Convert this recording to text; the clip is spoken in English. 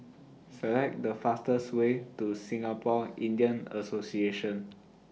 Select The fastest Way to Singapore Indian Association